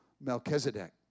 Melchizedek